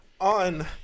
On